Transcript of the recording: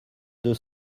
deux